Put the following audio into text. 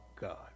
God